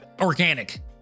organic